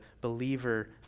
believer